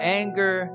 anger